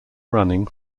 running